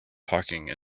talking